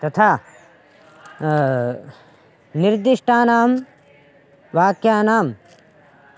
तथा निर्दिष्टानां वाक्यानां